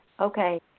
okay